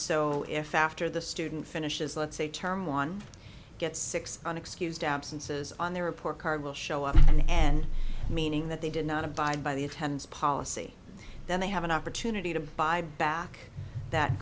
so if after the student finishes let's say term one gets six on excused absences on their report card will show up and meaning that they did not abide by the attends policy then they have an opportunity to buy back that